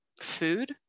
food